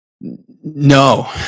No